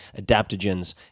adaptogens